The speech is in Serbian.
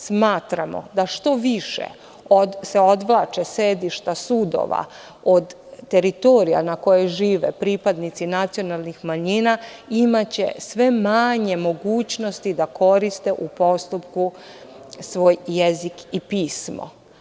Smatramo da što se više odvlače sedišta sudova od teritorija na kojoj žive pripadnici nacionalnih manjina imaće sve manje mogućnosti da koriste u postupku svoj jezik i pismo.